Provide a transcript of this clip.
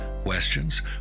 questions